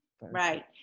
Right